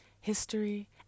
history